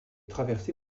traversé